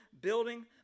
building